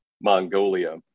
Mongolia